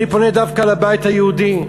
אני פונה דווקא לבית היהודי,